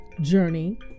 journey